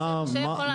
משה יכול להסביר.